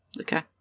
Okay